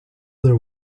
their